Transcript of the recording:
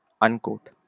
Unquote